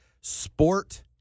sport